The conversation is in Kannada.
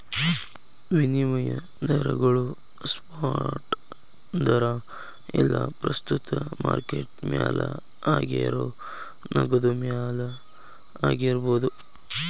ವಿನಿಮಯ ದರಗೋಳು ಸ್ಪಾಟ್ ದರಾ ಇಲ್ಲಾ ಪ್ರಸ್ತುತ ಮಾರ್ಕೆಟ್ ಮೌಲ್ಯ ಆಗೇರೋ ನಗದು ಮೌಲ್ಯ ಆಗಿರ್ಬೋದು